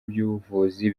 by’ubuvuzi